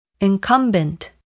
Incumbent